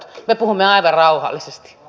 me puhumme aivan rauhallisesti